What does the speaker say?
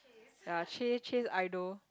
ya ch~ chase idol